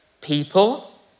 people